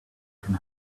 can